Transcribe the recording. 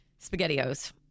SpaghettiOs